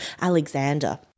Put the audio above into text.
Alexander